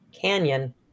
Canyon